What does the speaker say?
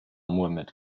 muhammad